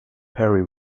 perry